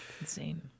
Insane